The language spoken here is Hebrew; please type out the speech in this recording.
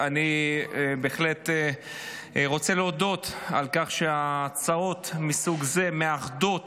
אני בהחלט רוצה להודות על כך שהצעות מסוג זה מאחדות